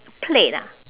plane ah